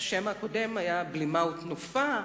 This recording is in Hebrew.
השם הקודם היה "בלימה ותנופה",